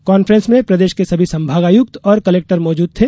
conference में प्रदेश के सभी संभागायुक्त और कलेक्टर मौजूद थे